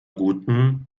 guten